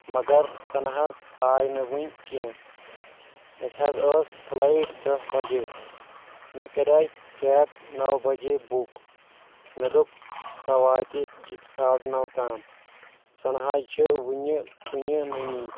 مگر سۄ نہٕ حظ آیہِ نہٕ وُنۍ کینٛہہ اسہِ حظ ٲس فلایٹ دہ بجے مےٚ کریٚیہِ کیب نو بجے بُک مےٚ دوٚپ سۄ واتہِ ساڑٕ نو تام سۄ نہ حظ چھِ وُنہِ کُنہِ نٔنی